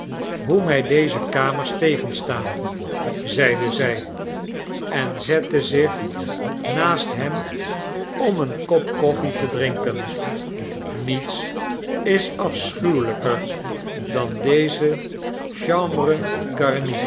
hoe mij deze kamers tegenstaan zeide zij en zette zich naast hem om een kop koffie te drinken niets is afschuwelijker dan deze chambres garnies